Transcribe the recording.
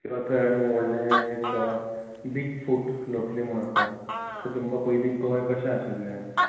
किंवा थंय आनीक व्हडलें एक बीग फूट लोटली म्हूण आसा थंय तुमकां पयलीं गोंय कशें आशिल्लें